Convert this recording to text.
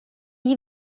gli